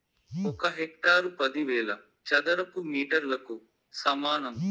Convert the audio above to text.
ఒక హెక్టారు పదివేల చదరపు మీటర్లకు సమానం